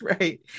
right